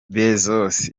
bezos